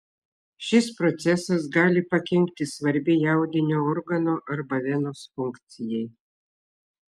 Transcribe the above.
šis procesas gali pakenkti svarbiai audinio organo arba venos funkcijai